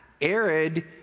arid